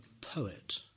poet